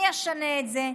אני אשנה את זה.